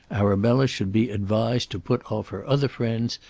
arabella should be advised to put off her other friends,